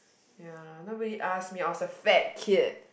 ya nobody ask me I was a fat kid